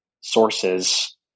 sources